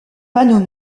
panneaux